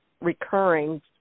recurring